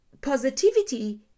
positivity